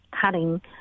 cutting